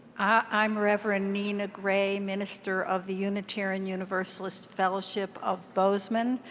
i'm reverend nina gray, minister of the unitarian universalist fellowship of bozeman,